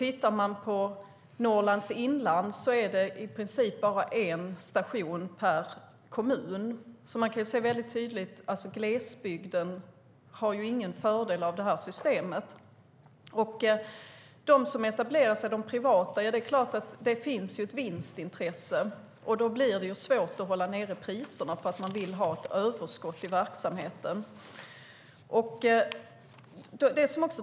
I Norrlands inland är det i princip bara en station per kommun, så man kan tydligt se att glesbygden inte har någon fördel av detta system. De privata som etablerar sig har såklart ett vinstintresse, och det blir svårt att hålla priserna nere när man vill ha ett överskott i verksamheten.